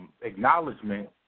acknowledgement